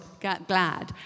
glad